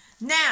now